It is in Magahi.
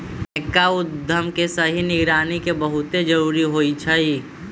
नयका उद्यम के सही निगरानी के बहुते जरूरी होइ छइ